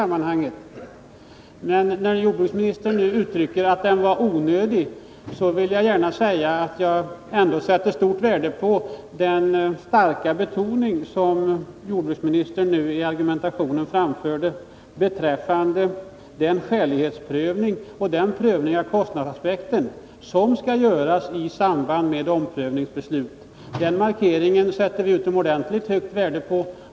Men när jordbruksministern nu uttryckte som sin mening att den var onödig vill jag gärna säga att jag sätter stort värde på den starka betoning som jordbruksministern i sin argumentering gav den skälighetsprövning och den prövning av kostnadsaspekten som skall göras i samband med omprövningsbeslut. Den markeringen sätter vi utomordentligt stort värde på.